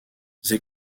they